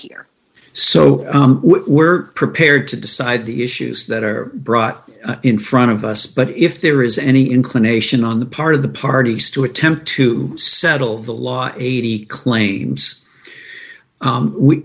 here so we're prepared to decide the issues that are brought in front of us but if there is any inclination on the part of the parties to attempt to settle the law eighty claims